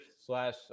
slash